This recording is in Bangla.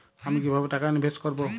আমি কিভাবে টাকা ইনভেস্ট করব?